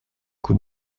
coup